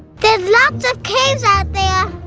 there's lots of caves out there!